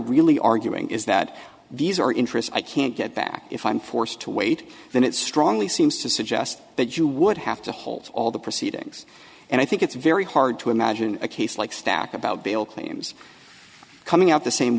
really arguing is that these are interests i can't get back if i'm forced to wait then it strongly seems to suggest that you would have to hold all the proceedings and i think it's very hard to imagine a case like stack about bill claims coming out the same